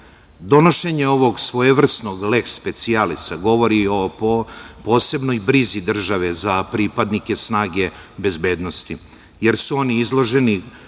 zemlje. Donošenje ovog svojevrsnog leks specijalisa govori o posebnoj brizi države za pripadnike snaga bezbednosti, jer su oni izloženi